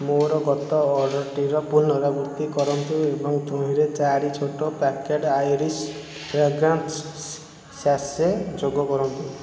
ମୋର ଗତ ଅର୍ଡ଼ର୍ଟିର ପୁନରାବୃତ୍ତି କରନ୍ତୁ ଏବଂ ତହିଁରେ ଚାରି ଛୋଟ ପ୍ୟାକେଟ୍ ଆଇରିସ୍ ଫ୍ରାଗ୍ରାନ୍ସ ସ୍ୟାସେ ଯୋଗ କରନ୍ତୁ